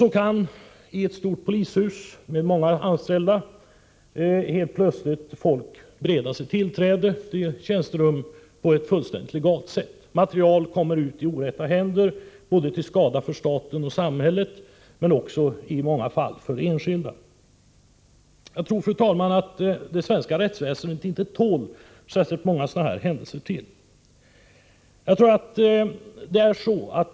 Så kan i ett stort polishus, med många anställda, personer helt plötsligt bereda sig tillträde till tjänsterum på ett fullt legalt sätt. Material kommer i orätta händer — till skada för staten men i många fall också till skada för enskilda. Jag tror att det svenska rättsväsendet inte tål särskilt många sådana här händelser till.